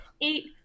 eight